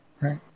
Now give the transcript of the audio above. Right